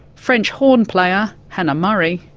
french horn player, hannah murray,